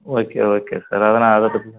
okay okay sir அதை நான் அதை பற்றி தான்